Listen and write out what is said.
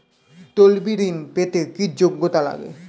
তলবি ঋন পেতে কি যোগ্যতা লাগে?